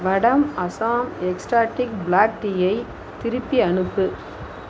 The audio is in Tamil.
வடம் அசாம் எக்ஸாட்டிக் பிளாக் டீயை திருப்பி அனுப்பு